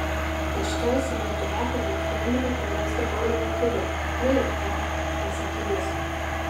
karščiausią metų vakarą nusprendėme praleisti boulingo klube kvaila ką pasakė jis